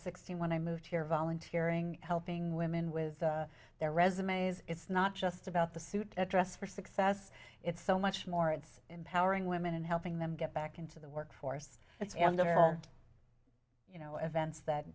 sixteen when i moved here volunteering helping women with their resumes it's not just about the suit dress for success it's so much more it's empowering women and helping them get back into the workforce you know events that